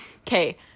okay